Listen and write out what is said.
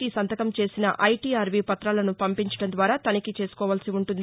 కి సంతకం చేసిన ఐటీఆర్వి పతాలను పంపించడం ద్వారా తనిఖీ చేసుకోవలసి ఉంటుంది